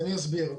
אני אסביר.